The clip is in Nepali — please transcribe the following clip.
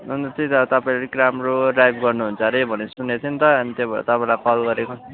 अन्त त्यही त तपाईँ अलिक राम्रो ड्राइभ गर्नुहुन्छ अरे भनेको सुनेको थिएँ नि त अनि त्यही भएर तपाईँलाई कल गरेको